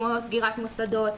כמו סגירת מוסדות.